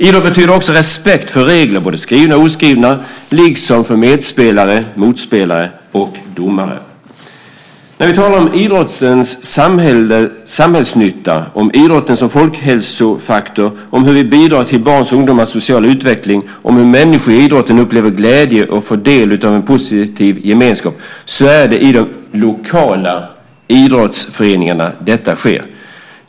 Idrott betyder respekt för regler - både skrivna och oskrivna - liksom respekt för medspelare, motspelare och domare. När vi talar om idrottens samhällsnytta - om idrotten som folkhälsofaktor, om hur vi bidrar till barns och ungdomars sociala utveckling, om hur människor i idrotten upplever glädje och får del av en positiv gemenskap - så är det i de lokala idrottsföreningarna som detta sker.